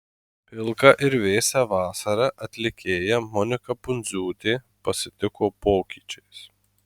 pilką ir vėsią vasarą atlikėja monika pundziūtė pasitiko pokyčiais